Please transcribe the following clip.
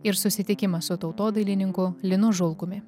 ir susitikimas su tautodailininku linu žulkumi